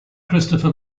christopher